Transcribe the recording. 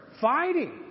fighting